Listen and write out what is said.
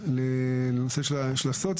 תודה.